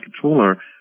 controller